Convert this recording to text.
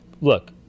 look